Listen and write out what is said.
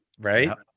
right